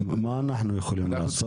מה חברי הכנסת יכולים לעשות?